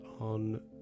on